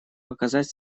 показать